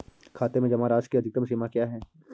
खाते में जमा राशि की अधिकतम सीमा क्या है?